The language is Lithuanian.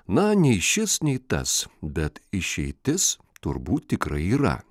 na nei šis nei tas bet išeitis turbūt tikrai yra